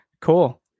cool